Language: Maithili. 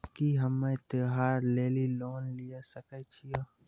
की हम्मय त्योहार लेली लोन लिये सकय छियै?